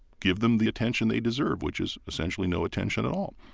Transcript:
give them the attention they deserve, which is essentially no attention at all.